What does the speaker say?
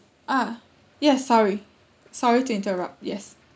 ah yes sorry sorry to interrupt yes